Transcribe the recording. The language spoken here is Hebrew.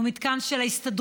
הוא מתקן של ההסתדרות.